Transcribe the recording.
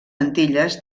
antilles